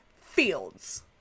fields